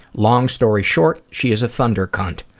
long story short, she is a thunder cunt.